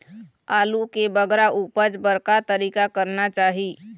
आलू के बगरा उपज बर का तरीका करना चाही?